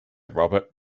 robert